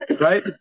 right